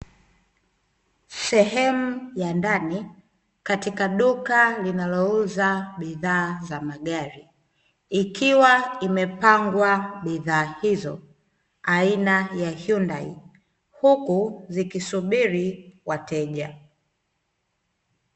Sehemu ya ndani katika duka linalouza bidhaa za magari, ikiwa imepangwa bidhaa hiyo aina ya HUNDAI huku vikisubiri wateja.